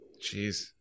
Jeez